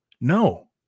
No